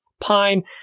pine